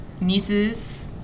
nieces